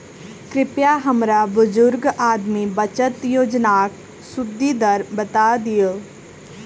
कृपया हमरा बुजुर्ग आदमी बचत योजनाक सुदि दर बता दियऽ